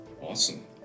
Awesome